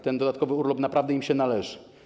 Ten dodatkowy urlop naprawdę im się należy.